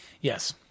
Yes